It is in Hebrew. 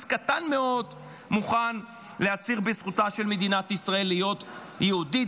קטן מאוד מוכן להצהיר על זכותה של מדינת ישראל להיות יהודית,